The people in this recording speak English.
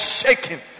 shaking